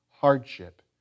Hardship